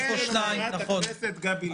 למעט חברת הכנסת גבי לסקי.